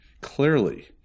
clearly